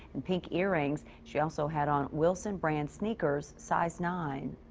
and pink earrings. she also had on wilson brand sneakers. size nine.